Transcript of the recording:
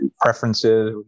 preferences